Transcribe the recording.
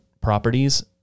properties